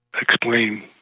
explain